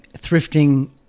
thrifting